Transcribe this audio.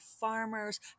farmers